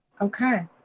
Okay